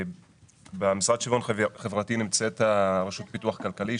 במשרד לשוויון חברתי נמצאת הרשות לפיתוח כלכלי,